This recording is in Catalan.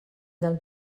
del